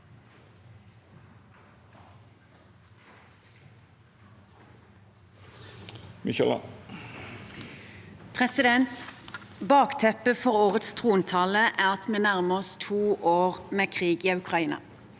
Bakteppet for årets trontale er at vi nærmer oss to år med krig i Ukraina.